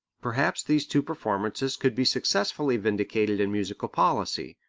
perhaps these two performances could be successfully vindicated in musical policy.